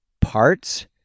parts